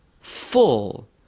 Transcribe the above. full